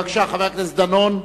בבקשה, חבר הכנסת דנון,